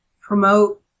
promote